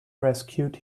rescued